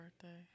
birthday